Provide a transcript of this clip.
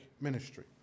ministry